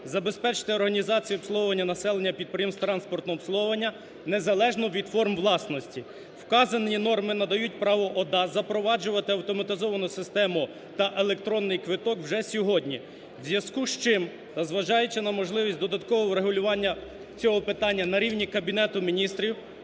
забезпечити організацію обслуговування населення підприємств транспортного обслуговування, незалежно від форм власності. Вказані норми надають право ОДА запроваджувати автоматизовану систему та електронний квиток вже сьогодні. У зв'язку з чим та зважаючи на можливість додаткового врегулювання цього питання на рівні Кабінету Міністрів,